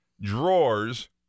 drawers